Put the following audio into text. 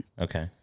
okay